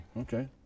Okay